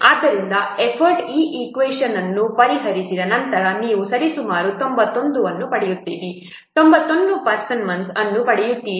ಆದ್ದರಿಂದ ಎಫರ್ಟ್ ಈ ಈಕ್ವೇಷನ್ನನ್ನು ಪರಿಹರಿಸಿದ ನಂತರ ನೀವು ಸರಿಸುಮಾರು 91 ಅನ್ನು ಪಡೆಯುತ್ತೀರಿ 91 ಪರ್ಸನ್ ಮಂತ್ಸ್ ಅನ್ನು ಪಡೆಯುತ್ತೀರಿ